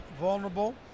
vulnerable